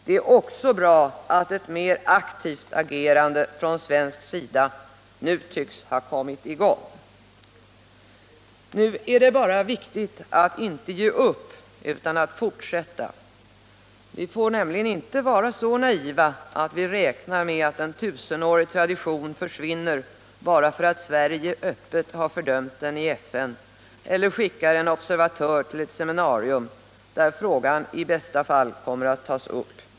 Det är också bra att ett mer aktivt agerande från svensk sida nu tycks ha kommit i gång. Nu är det bara viktigt att inte ge upp utan att fortsätta. Vi får nämligen inte vara så naiva att vi räknar med att en tusenårig tradition försvinner bara för att Sverige öppet har fördömt den i FN eller skickar en observatör till ett seminarium där frågan i bästa fall kommer att tas upp.